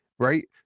Right